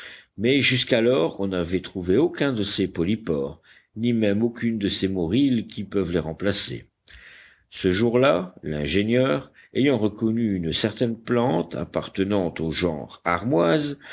mais jusqu'alors on n'avait trouvé aucun de ces polypores ni même aucune de ces morilles qui peuvent les remplacer ce jour-là l'ingénieur ayant reconnu une certaine plante appartenant au genre armoise